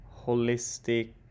holistic